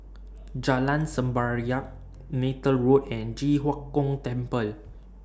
Jalan Semerbak Neythal Road and Ji Huang Kok Temple